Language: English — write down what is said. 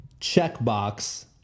checkbox